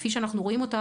כפי שאנחנו רואים אותה,